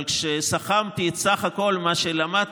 אבל כשסיכמתי את הסך הכול, את מה שלמדתי,